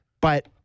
But-